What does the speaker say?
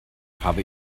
habe